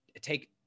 take